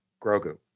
Grogu